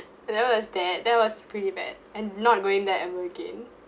that was that that was pretty bad I'm not going there ever again